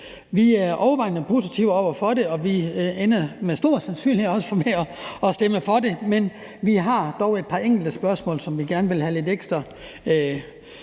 Vi er overvejende positive over for det, og vi ender med stor sandsynlighed også med at stemme for det, men vi har dog nogle enkelte spørgsmål, som vi gerne vil have en ekstra